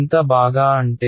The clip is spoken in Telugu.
ఎంత బాగా అంటే